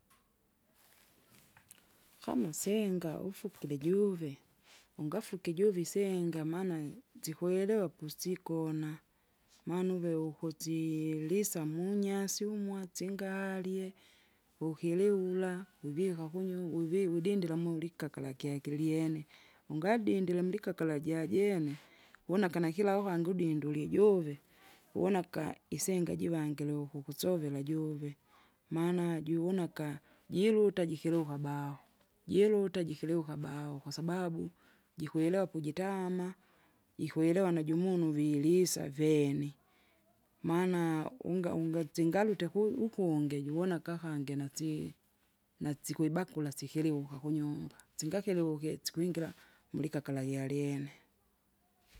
kama singa ufukire juve, unafuke ijuve isenga maana nsikwelewa pusikona, maana uve uhusi- lisa munyasi umwatsingalye. Wukiliura uvika kunyumba uvi- udindira mulikakala kyakilyene, ungadindile mulikakala jajene, une akana kila uvange udinde ulijuve une aka- isenga jivangeluku kusovera juve, maana juwona aka- jiluta jikiruka baho jiruta jikiriuka baho kwasababu, jikwilewa pujitama, jikwerewa najumunu vilisa vene. Maana unga- ungatsingalute ku- ukunge juvona akahange nasyee, nasikwibakura sikiliuka kunyumba, tsingakiukie tsikwingira, mulikakala lyalene.